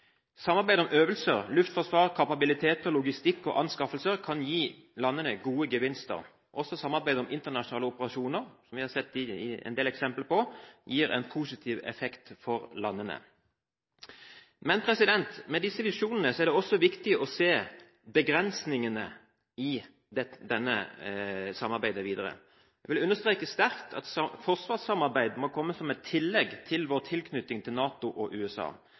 Samarbeid om øvelser, luftforsvar, kapabiliteter, logistikk og anskaffelser kan gi landene gode gevinster. Også samarbeid om internasjonale operasjoner, som vi har sett en del eksempler på, gir en positiv effekt for landene. Med disse visjonene er det også viktig å se begrensningene i dette samarbeidet videre. Jeg vil understreke sterkt at forsvarssamarbeidet må komme som et tillegg til vår tilknytning til NATO og USA.